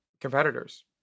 competitors